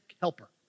helper